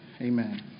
amen